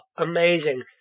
amazing